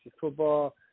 football